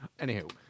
Anywho